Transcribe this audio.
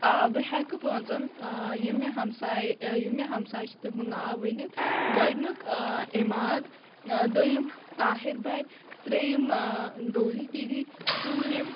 آ بہٕ ہٮ۪کہٕ پانٛژَن یِم مےٚ ہمسایہِ یِم مےٚ ہمسایہِ چھٕ تِہُنٛد ناو ؤنِتھ گۄڈٕنیُک اِماد دوٚیِم طاہِر باے ترٛیٚیِم روزی دِدی ژوٗرِم